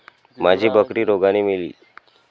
माझी बकरी रोगाने मेली